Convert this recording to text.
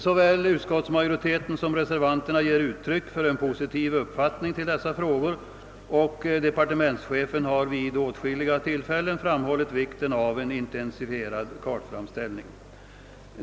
Såväl utskottsmajoriteten som reservanterna ger uttryck för en positiv uppfattning i dessa frågor och departe mentschefen har vid åtskilliga tillfällen framhållit vikten av en intensifierad kartframställning.